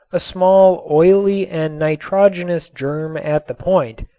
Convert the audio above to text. a small oily and nitrogenous germ at the point,